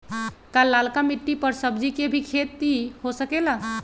का लालका मिट्टी कर सब्जी के भी खेती हो सकेला?